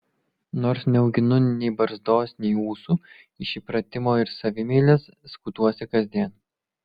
nors neauginu nei barzdos nei ūsų iš įpratimo ir savimeilės skutuosi kasdien